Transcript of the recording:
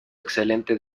excelente